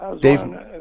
Dave